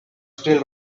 still